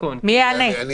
מי יענה?